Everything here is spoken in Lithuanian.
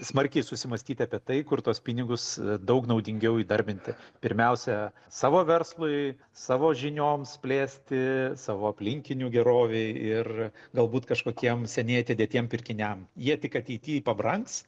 smarkiai susimąstyti apie tai kur tuos pinigus daug naudingiau įdarbinti pirmiausia savo verslui savo žinioms plėsti savo aplinkinių gerovei ir galbūt kažkokiem seniai atidėtiem pirkiniam jie tik ateity pabrangs